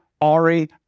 Ari